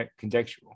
contextual